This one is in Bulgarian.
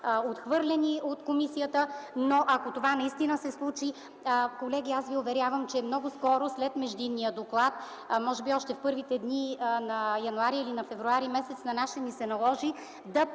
отхвърлени от комисията, но ако това наистина се случи, аз ви уверявам, колеги, че много скоро след междинния доклад, може би още в първите дни на м. януари или м. Февруари на нас ще ни се наложи да